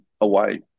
away